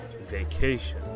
vacation